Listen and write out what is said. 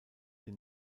den